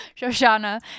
Shoshana